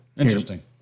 Interesting